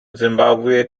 zimbabwe